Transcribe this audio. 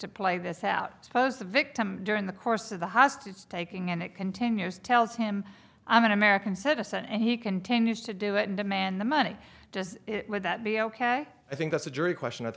to play this out suppose the victim during the course of the hostage taking and it continues tells him i'm an american citizen and he continues to do it and demand the money would that be ok i think that's a jury question